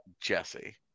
Jesse